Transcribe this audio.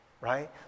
right